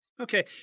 Okay